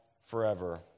forever